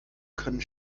können